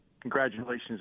Congratulations